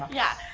yeah,